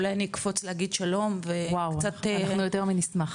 אולי אני אקפוץ להגיד שלום וקצת -- אנחנו יותר מנשמח.